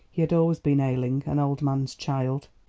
he had always been ailing an old man's child!